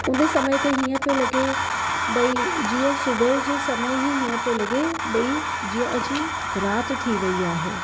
उन समय ते हीअं पियो लॻे बई जीअं सुबुह जे समय ई हीअं पियो लॻे बई जीअं अजीब राति थी वेई आहे